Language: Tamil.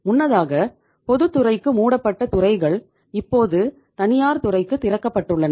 முன்னதாக பொதுத்துறைக்கு மூடப்பட்ட துறைகள் இப்போது தனியார் துறைக்கு திறக்கப்பட்டுள்ளன